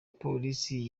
polisi